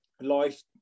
life